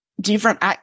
Different